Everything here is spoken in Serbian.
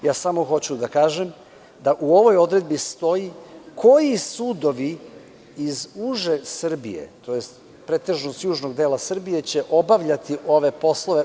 Hoću samo da kažem da u ovoj odredbi stoji koji sudovi iz uže Srbije, tj. pretežno južnog dela Srbije će obavljati ove poslove.